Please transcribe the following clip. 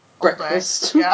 breakfast